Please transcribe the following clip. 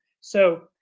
So-